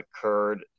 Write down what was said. occurred